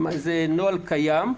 זה נוהל קיים.